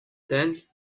tenth